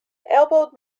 elbowed